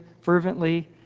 fervently